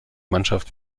mannschaft